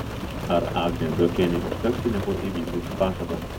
ar agnei zuokienei užteks pinigų įvykdyti pažadą